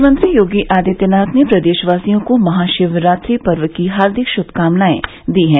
मुख्यमंत्री योगी आदित्यनाथ ने प्रदेशवासियों को महाशिवरात्रि पर्व की हार्दिक शुभकामनाएं दी हैं